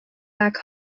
back